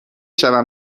شوم